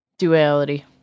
Duality